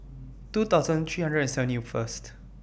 two thousand three hundred and seventy First